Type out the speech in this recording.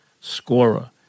scorer